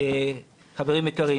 חברים יקרים.